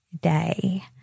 day